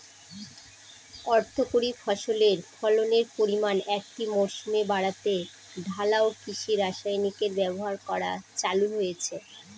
অর্থকরী ফসলের ফলনের পরিমান একটি মরসুমে বাড়াতে ঢালাও কৃষি রাসায়নিকের ব্যবহার করা চালু হয়েছে